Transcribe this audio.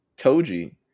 Toji